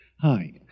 Hi